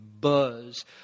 buzz